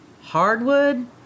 Hardwood